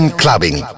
clubbing